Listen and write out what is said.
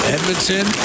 Edmonton